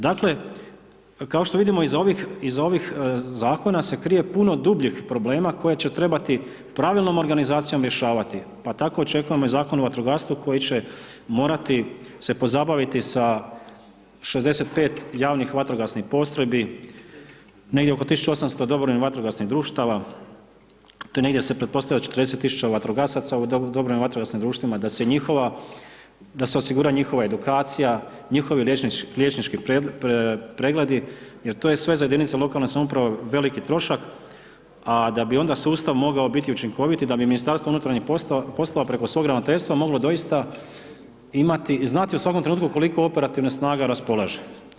Dakle kao što vidimo iz ovih zakona se krije puno dubljih problema koje će trebati pravilnom organizacijom rješavati pa tako očekujemo i Zakon o vatrogastvu koji će morati se pozabaviti sa 65 javnih vatrogasnih postrojbi, negdje oko 1800 dobrovoljnih vatrogasnih društava, tu negdje se pretpostavlja 40 000 vatrogasaca u dobrim vatrogasnim društvima da se osigura njihova edukacija, njihovih liječnički pregled jer to je sve za jedinice lokalne samouprave veliki trošak a da bi onda sustav mogao biti učinkovit i da bi MUP preko svog ravnateljstva moglo doista znati u svakom trenutku koliko operativnih snaga raspolaže.